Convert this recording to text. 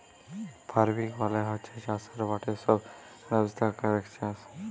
farming মালে হচ্যে চাসের মাঠে সব ব্যবস্থা ক্যরেক চাস